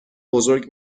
بزرگ